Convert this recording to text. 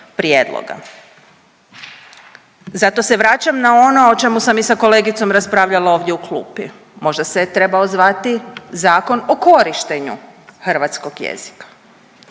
prijedloga. Zato se vraćam na ono o čemu sam i sa kolegicom raspravljala ovdje u klupi, možda se je trebao zvati Zakon o korištenju hrvatskog jezika.